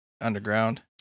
underground